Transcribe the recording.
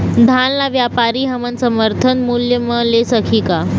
धान ला व्यापारी हमन समर्थन मूल्य म ले सकही का?